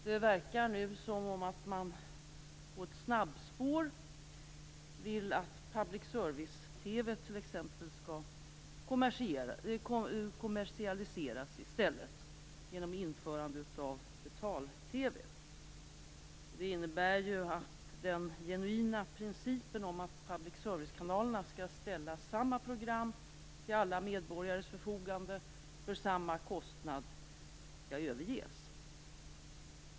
Det verkar nu som om de på ett snabbspår i stället vill att public service-TV t.ex. skall kommersialiseras genom införande av betal-TV. Det innebär ju att den genuina principen om att public servicekanalerna skall ställa samma program till alla medborgares förfogande för samma kostnad skall överges.